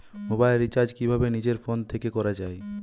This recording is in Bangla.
মোবাইল রিচার্জ কিভাবে নিজের ফোন থেকে করা য়ায়?